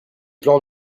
plans